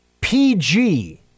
PG